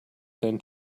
than